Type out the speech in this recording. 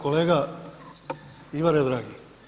Kolega, Ivane dragi.